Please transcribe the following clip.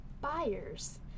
buyers